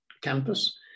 campus